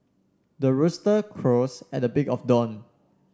the rooster crows at the big of dawn